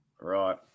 Right